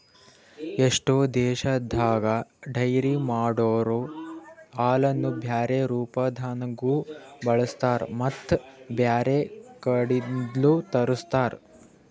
ಎಷ್ಟೋ ದೇಶದಾಗ ಡೈರಿ ಮಾಡೊರೊ ಹಾಲನ್ನು ಬ್ಯಾರೆ ರೂಪದಾಗನೂ ಬಳಸ್ತಾರ ಮತ್ತ್ ಬ್ಯಾರೆ ಕಡಿದ್ನು ತರುಸ್ತಾರ್